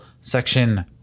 Section